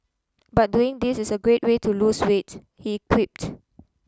but doing this is a great way to lose weight he quipped